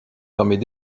permet